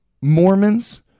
mormons